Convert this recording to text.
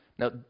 Now